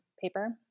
paper